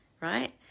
right